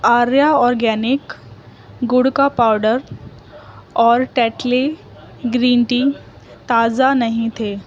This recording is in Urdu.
آریہ آرگینک گڑ کا پاؤڈر اور ٹیٹلی گرین ٹی تازہ نہیں تھے